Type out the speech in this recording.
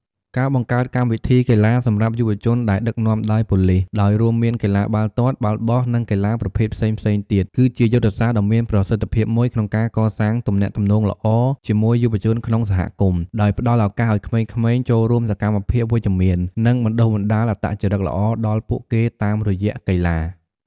ការបង្កើកម្មវិធីកីឡាសម្រាប់យុវជនដែលដឹកនាំដោយប៉ូលិស ដោយរួមមានកីឡាបាល់ទាត់ បាល់បោះ និងកីឡាប្រភេទផ្សេងៗទៀត គឺជាយុទ្ធសាស្ត្រដ៏មានប្រសិទ្ធិភាពមួយក្នុងការកសាងទំនាក់ទំនងល្អជាមួយយុវជនក្នុងសហគមន៍ ដោយផ្តល់ឱកាសឲ្យក្មេងៗចូលរួមសកម្មភាពវិជ្ជមាន និងបណ្តុះបណ្តាលអត្តចរិតល្អដល់ពួកគេតាមរយៈកីឡា។